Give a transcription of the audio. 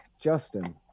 Justin